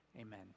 amen